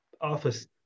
office